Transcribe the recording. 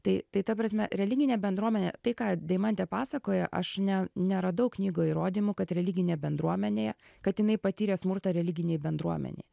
tai tai ta prasme religinė bendruomenė tai ką deimantė pasakoja aš ne neradau knygoj įrodymų kad religinėj bendruomenėje kad jinai patyrė smurtą religinėj bendruomenėj